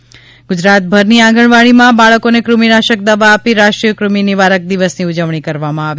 ત ગુજરાતભરની આંગણવાડીમાં બાળકોને દૃમિનાશક દવા આપી રાષ્ટ્રીય દૃમિ નીવારક દિવસની ઉજવણી કરવામાં આવી